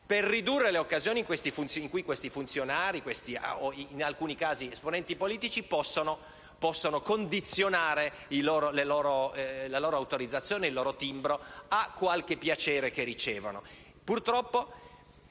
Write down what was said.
per diminuire le occasioni in cui funzionari - e, in alcuni casi, esponenti politici - possono condizionare la loro autorizzazione e il loro timbro a qualche piacere che ricevono.